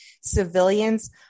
civilians